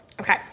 Okay